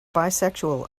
bisexual